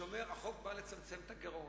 שאומרת, החוק בא לצמצם את הגירעון.